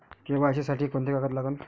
KYC साठी कोंते कागद लागन?